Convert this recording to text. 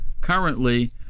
currently